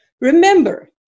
Remember